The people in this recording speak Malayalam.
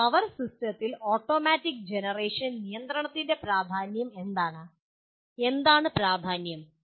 ഒരു പവർ സിസ്റ്റത്തിൽ ഓട്ടോമാറ്റിക് ജനറേഷൻ നിയന്ത്രണത്തിന്റെ പ്രാധാന്യം എന്താണ് എന്താണ് പ്രാധാന്യം